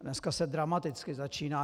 Dneska se dramaticky začíná...